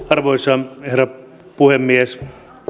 arvoisa herra puhemies